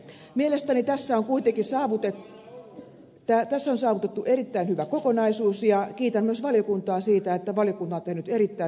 mielestäni tässä on kuitenkin saavutettu erittäin hyvä kokonaisuus ja kiitän myös valiokuntaa siitä että valiokunta on tehnyt erittäin huolellisen työn